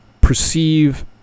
perceive